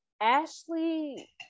Ashley